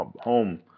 home